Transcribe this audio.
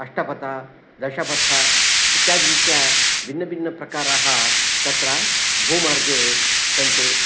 अष्टपथ दशपथ इत्यादिरीत्या भिन्न भिन्न प्रकराः तत्र भूमर्गे सन्ति